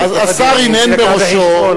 בתוך הדיון,